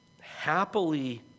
happily